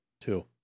Two